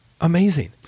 amazing